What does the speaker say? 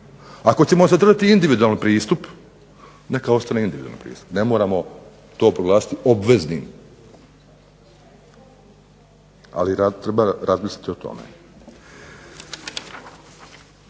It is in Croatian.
Ako ćemo zadržati individualni pristup neka onda ostane individualni pristup. Ne moramo to proglasiti obveznim, ali treba razmisliti o tome.